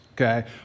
okay